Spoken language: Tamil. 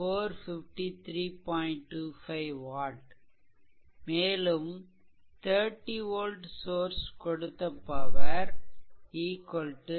25 watt மேலும் 30 வோல்ட் சோர்ஸ் கொடுத்த பவர் 30 4